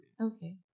Okay